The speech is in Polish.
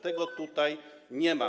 Tego tutaj nie ma.